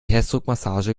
herzdruckmassage